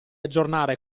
aggiornare